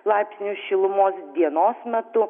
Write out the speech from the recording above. laipsnių šilumos dienos metu